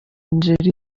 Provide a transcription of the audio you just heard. nigeria